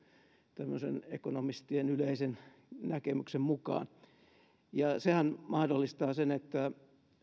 tämmöisen ekonomistien yleisen näkemyksen mukaan sehän mahdollistaa sen että